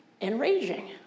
enraging